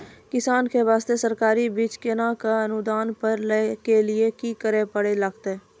किसान के बास्ते सरकारी बीज केना कऽ अनुदान पर लै के लिए की करै लेली लागतै?